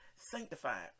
sanctified